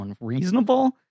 unreasonable